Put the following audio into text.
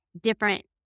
different